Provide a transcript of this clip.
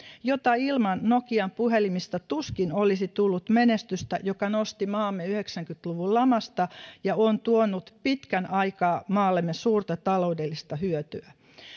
mitä ilman nokian puhelimista tuskin olisi tullut menestystä joka nosti maamme yhdeksänkymmentä luvun lamasta ja on tuonut pitkän aikaa maallemme suurta taloudellista hyötyä